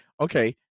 okay